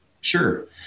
Sure